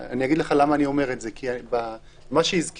אני אגיד לך למה אני אומר את זה: כי מה שהזכיר